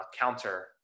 counter